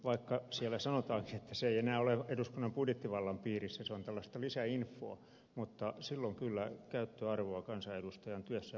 vaikka siellä sanotaankin että se ei enää ole eduskunnan budjettivallan piirissä se on tällaista lisäinfoa niin sillä on kyllä käyttöarvoa kansanedustajan työssä ja varmaan muuallakin